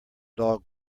dog